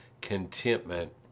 contentment